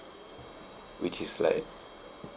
which is like